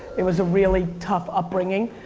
it was a really tough upbringing.